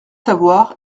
savoir